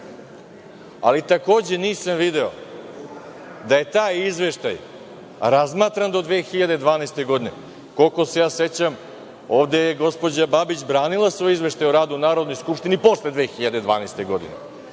korupcija. Takođe nisam video da je taj izveštaj razmatran do 2012. godine. Koliko se sećam, ovde je gospođa Babić branila svoj izveštaj o radu Narodnoj skupštini posle 2012. godine